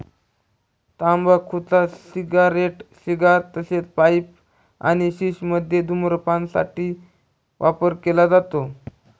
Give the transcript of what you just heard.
तंबाखूचा cigarette, cigar तसेच pipe आणि शिश मध्ये धूम्रपान साठी वापर केला जातो